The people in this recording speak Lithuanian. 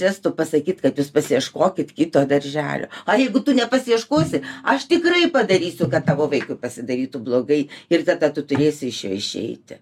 gestu pasakyt kad jūs pasiieškokit kito darželio ar jeigu tu ne pasiieškosi aš tikrai padarysiu kad tavo vaikui pasidarytų blogai ir tada tu turėsi iš jo išeiti